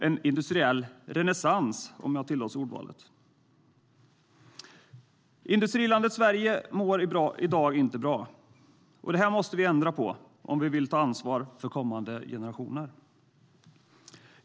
En industriell renässans - om jag tillåts ordvalet. Industrilandet Sverige mår i dag inte bra! Detta måste vi ändra på om vi vill ta ansvar för kommande generationer.